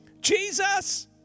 Jesus